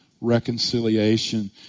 reconciliation